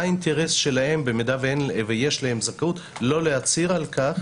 מה האינטרס שלהם במידה שיש להם זכאות לא להצהיר על כך